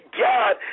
God